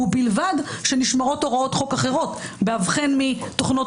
ובלבד שנשמרות הוראות חוק אחרות בהבחן מתוכנות